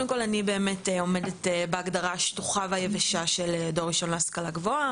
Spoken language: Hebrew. אני עומדת בהגדרה שטוחה ויבשה של דור ראשון להשכלה גבוהה,